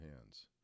hands